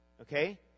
Okay